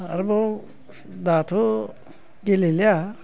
आरोबाव दाथ' गेलेलिया